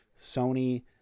Sony